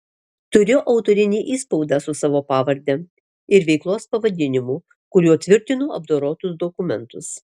turiu autorinį įspaudą su savo pavarde ir veiklos pavadinimu kuriuo tvirtinu apdorotus dokumentus